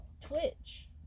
Twitch